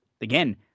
again